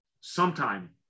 sometime